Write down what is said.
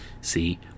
see